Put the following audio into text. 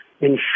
ensure